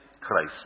Christ